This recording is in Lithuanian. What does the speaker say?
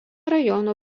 rajono